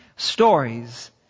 Stories